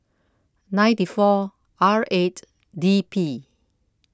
ninety four R eight D P